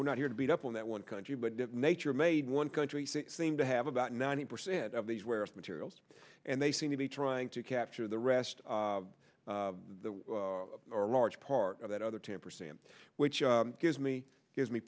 we're not here to beat up on that one country but nature made one country theme to have about ninety percent of these where it's materials and they seem to be trying to capture the rest of the large part of that other ten percent which gives me gives me